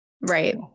Right